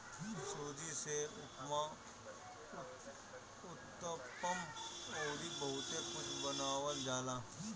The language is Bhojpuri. सूजी से उपमा, उत्तपम अउरी बहुते कुछ बनावल जाला